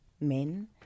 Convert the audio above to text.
men